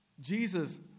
Jesus